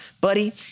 buddy